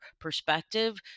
perspective